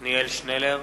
עתניאל שנלר,